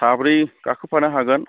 साब्रै गाखोफानो हागोन